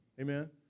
Amen